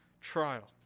trial